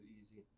easy